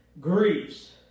Greece